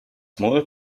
smaller